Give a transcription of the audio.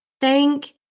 Thank